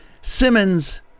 Simmons